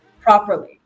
properly